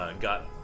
got